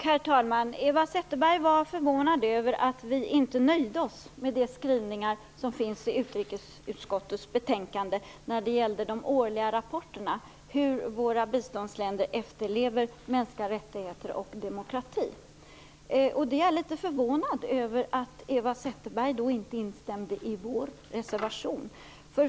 Herr talman! Eva Zetterberg var förvånad över att vi inte nöjde oss med de skrivningar som finns i utrikesutskottets betänkande när det gäller de årliga rapporterna om hur våra biståndsländer efterlever mänskliga rättigheter och demokrati. Jag är litet förvånad över att Eva Zetterberg inte instämde i vår reservation.